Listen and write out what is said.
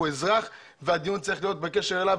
הוא אזרח והדיון צריך להיות בקשר אליו,